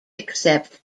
accept